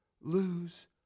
lose